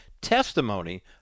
testimony